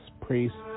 Priests